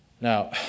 Now